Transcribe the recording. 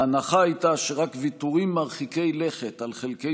ההנחה הייתה שרק ויתורים מרחיקי לכת על חלקי